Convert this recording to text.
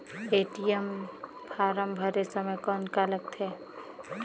ATM form भरे समय कौन का लगेल?